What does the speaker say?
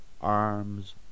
arms